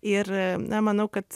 ir na manau kad